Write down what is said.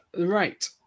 right